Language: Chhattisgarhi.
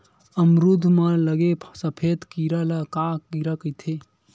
अमरूद म लगे सफेद कीरा ल का कीरा कइथे?